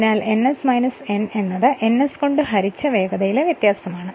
അതിനാൽ ns n എന്നത് ns കൊണ്ട് ഹരിച്ച വേഗതയിലെ വ്യത്യാസമാണ്